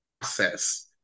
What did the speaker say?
process